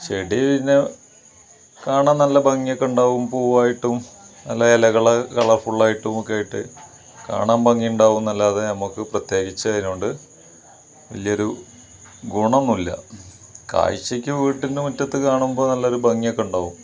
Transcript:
ചെടി പിന്നെ കാണാൻ നല്ല ഭംഗിയൊക്കെയുണ്ടാവും പൂവായിട്ടും നല്ല ഇലകള് കളർഫുള്ളായിട്ടുമൊക്കെയായിട്ട് കാണാൻ ഭംഗിയുണ്ടാകും എന്നല്ലാതെ നമുക്ക് പ്രത്യേകിച്ചതിനോട് വലിയൊരു ഗുണം ഒന്നും ഇല്ല കാഴ്ചയ്ക്ക് വീട്ടിൻ്റെ മിറ്റത്ത് കാണുമ്പം നല്ലൊര് ഭംഗിയൊക്കെ ഉണ്ടാകും